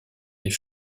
les